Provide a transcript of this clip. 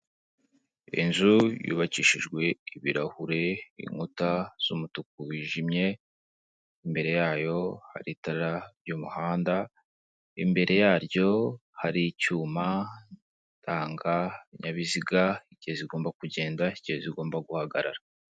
Inzu yubakishijwe ibirahure, inkuta z'umutuku wijimye, imbere yayo hari itara ry'umuhanda ,imbere yaryo hari icyuma gitanga ibinyabiziga igihe bigomba kugenda cyangwa zigomba guhagarara.